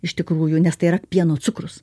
iš tikrųjų nes tai yra pieno cukrus